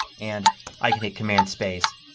and i can hit command space,